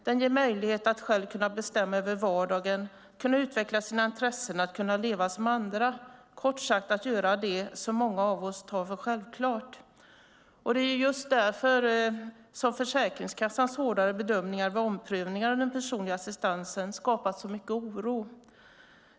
Den ger möjlighet att själv bestämma över vardagen, utveckla sina intressen och leva som andra - kort sagt: att göra det som många av oss tar för självklart. Det är just därför som Försäkringskassans hårdare bedömningar vid omprövning av den personliga assistansen skapat så mycket oro.